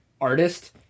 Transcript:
artist